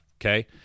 okay